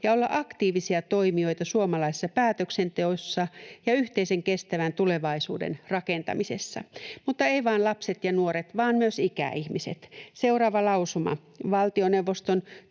ja olla aktiivisia toimijoita suomalaisessa päätöksenteossa ja yhteisen kestävän tulevaisuuden rakentamisessa”. Mutta eivät vain lapset ja nuoret, vaan myös ikäihmiset. Seuraava lausuma: